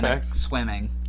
swimming